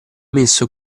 messo